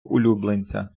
улюбленця